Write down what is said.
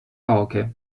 oche